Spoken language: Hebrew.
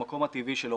המקום הטבעי שלו.